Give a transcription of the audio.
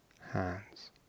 Hands